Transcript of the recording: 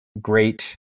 great